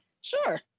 Sure